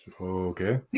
Okay